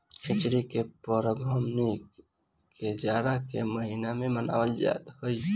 खिचड़ी के परब हमनी के जाड़ा के महिना में मनावत हई जा